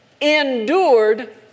endured